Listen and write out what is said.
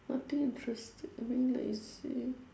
nothing interesting being lazy